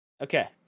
Okay